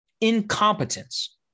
Incompetence